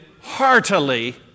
heartily